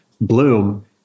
bloom